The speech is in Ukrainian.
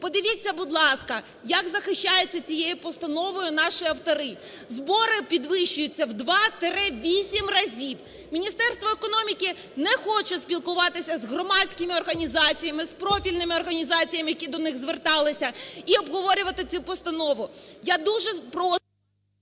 Подивіться, будь ласка, як захищаються цією постановою наші автори. Збори підвищуються в 2-8 разів. Міністерство економіки не хоче спілкуватися з громадськими організаціями, з профільними організаціями, які до них зверталися, і обговорювати цю постанову. Я дуже прошу…